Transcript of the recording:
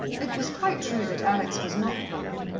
it was quite true that alex was not bored,